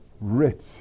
rich